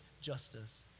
justice